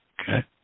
Okay